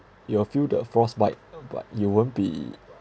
you will feel the frost bite but you won't be